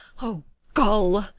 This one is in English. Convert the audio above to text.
o gull!